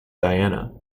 diana